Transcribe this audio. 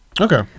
okay